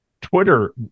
twitter